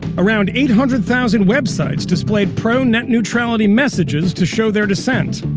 around eight hundred thousand websites displayed pro-net neutrality messages to show their dissent.